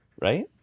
Right